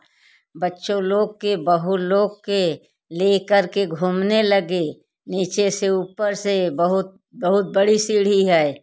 बच्चों लोग को बहू लोग को लेकर के घूमने लगे नीचे से ऊपर से बहुत बहुत बड़ी सीढ़ी है